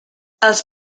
els